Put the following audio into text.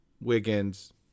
Wiggins